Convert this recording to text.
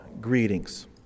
greetings